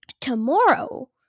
tomorrow